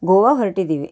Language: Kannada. ಗೋವಾ ಹೊರಟಿದೀವಿ